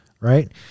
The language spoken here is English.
right